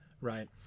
right